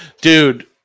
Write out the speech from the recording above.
dude